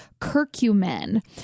curcumin